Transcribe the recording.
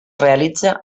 realitza